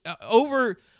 Over